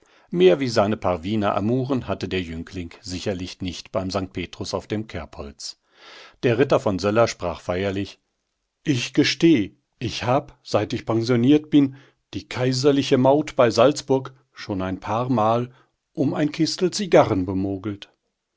mehr wie seine paar wiener amouren hatte der jüngling sicherlich nicht beim st petrus auf dem kerbholz der ritter von söller sprach feierlich ich gesteh ich hab seit ich pensioniert bin die kaiserliche maut bei salzburg schon ein paarmal um ein kistel zigarren bemogelt